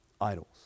idols